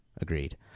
agreed